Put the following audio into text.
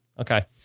okay